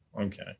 Okay